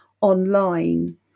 online